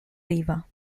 riva